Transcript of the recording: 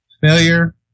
failure